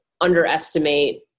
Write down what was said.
underestimate